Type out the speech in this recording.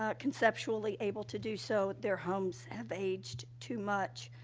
ah conceptually able to do so, their homes have aged too much.